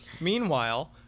Meanwhile